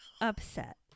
upset